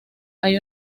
hay